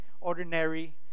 ordinary